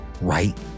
right